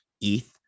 ETH